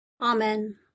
Amen